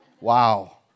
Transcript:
wow